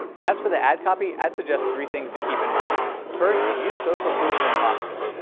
as for the ad copy, i'd suggest three things to keep in mind first, use social proof when possible.